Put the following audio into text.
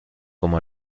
como